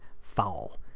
Foul